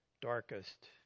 darkest